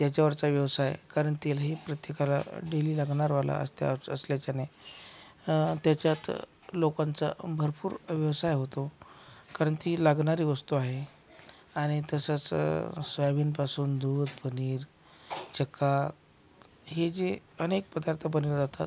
याच्यावरचा व्यवसाय कारण तेल हे प्रत्येकाला डेली लागणारवाला अत्यावश्यक असल्याच्याने त्याच्यात लोकांचा भरपूर व्यवसाय होतो कारण ती लागणारी वस्तू आहे आणि तसंच सोयाबीनपासून दूध पनीर चक्का हे जे अनेक पदार्थ बनवले जातात